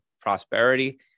prosperity